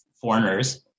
foreigners